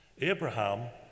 Abraham